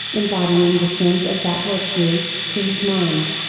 embodying the sense of that virtue, to his mind.